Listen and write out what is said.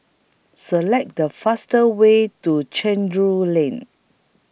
Select The fastest Way to Chencharu Lane